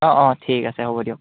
অঁ অঁ ঠিক আছে হ'ব দিয়ক